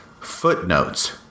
footnotes